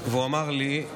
הוא אמר לי: